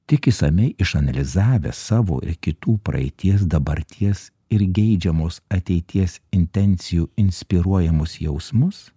tik išsamiai išanalizavęs savo ir kitų praeities dabarties ir geidžiamos ateities intencijų inspiruojamus jausmus